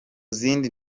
zindi